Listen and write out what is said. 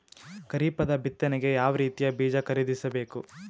ಖರೀಪದ ಬಿತ್ತನೆಗೆ ಯಾವ್ ರೀತಿಯ ಬೀಜ ಖರೀದಿಸ ಬೇಕು?